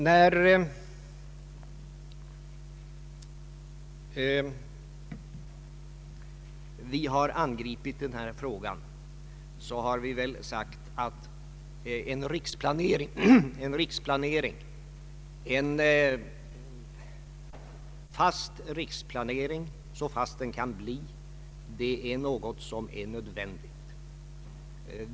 När vi diskuterat denna fråga har vi sagt att en fast riksplanering — så fast den kan bli — är nödvändig.